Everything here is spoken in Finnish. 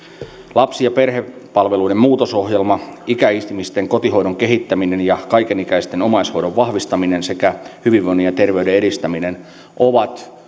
lapsi ja perhepalveluiden muutosohjelma ikäihmisten kotihoidon kehittäminen ja kaikenikäisten omaishoidon vahvistaminen sekä hyvinvoinnin ja terveyden edistäminen ovat